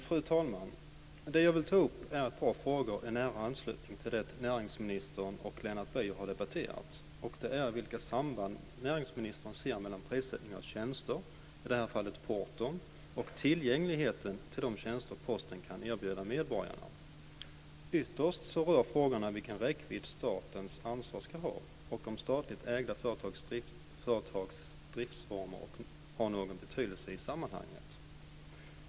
Fru talman! Det jag vill ta upp är ett par frågor i nära anslutning till det näringsministern och Lennart Beijer har debatterat, och det är vilka samband näringsministern ser mellan prissättning av tjänster - i detta fall porton - och tillgängligheten vad gäller de tjänster Posten kan erbjuda medborgarna. Ytterst rör frågorna vilken räckvidd statens ansvar ska ha och om statligt ägda företags driftsformer har någon betydelse i sammanhanget.